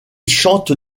chante